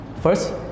First